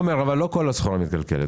תומר, לא כל הסחורה מתקלקלת.